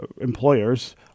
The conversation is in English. employers